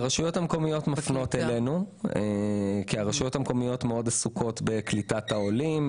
הרשויות המקומיות מפנות אלינו כי הן מאוד עסוקות בקליטת העולים.